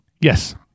Yes